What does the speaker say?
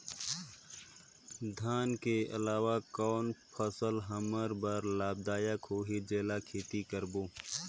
धान के अलावा कौन फसल हमर बर लाभदायक होही जेला खेती करबो?